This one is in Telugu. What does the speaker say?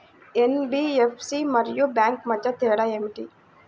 ఎన్.బీ.ఎఫ్.సి మరియు బ్యాంక్ మధ్య తేడా ఏమిటీ?